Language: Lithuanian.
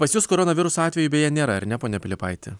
pas jus koronaviruso atvejų beje nėra ar ne pone pilypaiti